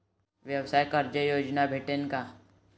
व्यवसाय कर्ज योजना भेटेन का?